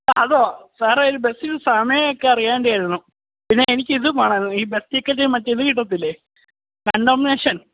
അതോ സാറേ അത് ബസ്സിൻ്റെ സമയമൊക്കെ അറിയേണ്ടിയിരുന്നു പിന്നെ എനിക്ക് ഇതും വേണമായിരുന്നു ഈ ബസ് ടിക്കറ്റ് മറ്റേ ഇത് കിട്ടില്ലേ കണ്ടംനേഷൻ